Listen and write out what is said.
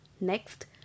Next